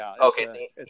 Okay